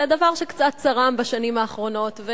זה היה דבר שקצת צרם בשנים האחרונות,